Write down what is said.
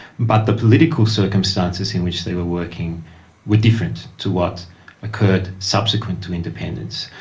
but the political circumstances in which they were working were different to what occurred subsequent to independence.